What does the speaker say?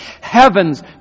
heavens